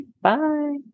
Bye